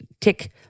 tick